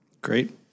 Great